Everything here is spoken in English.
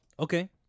Okay